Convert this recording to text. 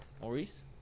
Maurice